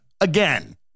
again